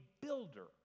builder